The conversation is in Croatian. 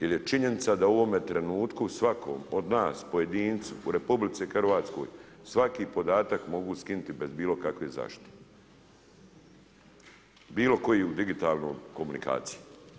Jer je činjenica da u ovome trenutku svakom od nas, pojedincu u RH svaki podatak mogu skinuti bez bilo kakve zaštite, bilo koju digitalnu komunikaciju.